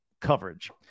coverage